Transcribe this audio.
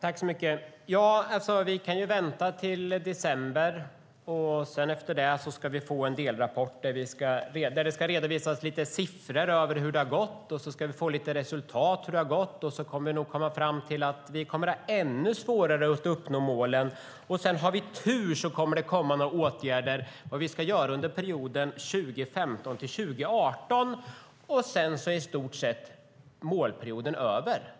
Herr talman! Vi kan ju vänta till december på att få en delrapport där det ska redovisas lite siffror över hur det har gått och få lite resultat. Då kommer vi nog att komma fram till att vi kommer att ha ännu svårare att uppnå målen. Och har vi sedan tur kommer det några åtgärder som ska genomföras under perioden 2015-2018. Sedan är målperioden i stort sett över.